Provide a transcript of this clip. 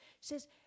says